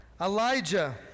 Elijah